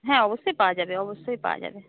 হ্যাঁ অবশ্যই পাওয়া যাবে অবশ্যই পাওয়া যাবে